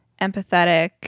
empathetic